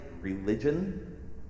religion